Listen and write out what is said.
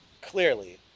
clearly